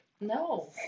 No